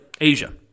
Asia